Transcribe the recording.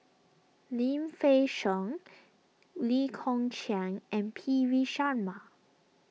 Lim Fei Shen Lee Kong Chian and P V Sharma